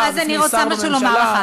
לא, אז אני רוצה לומר לך משהו.